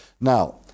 Now